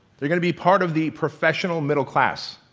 they're gonna be part of the professional middle-class.